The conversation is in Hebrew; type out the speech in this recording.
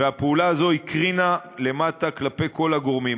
והפעולה הזו הקרינה למטה כלפי כל הגורמים.